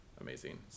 amazing